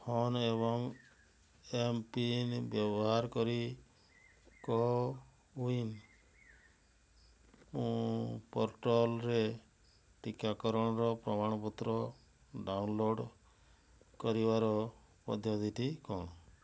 phone ଏବଂ M PIN ବ୍ୟବହାର କରି କୋୱିନ୍ ପୋର୍ଟାଲ୍ରେ ଟିକାକରଣର ପ୍ରମାଣପତ୍ର ଡାଉନଲୋଡ଼୍ କରିବାର ପଦ୍ଧତିଟି କଣ